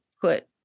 put